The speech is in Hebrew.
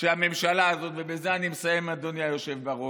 שהממשלה הזאת, ובזה אני מסיים, אדוני היושב בראש,